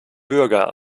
bürger